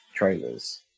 trailers